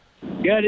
Good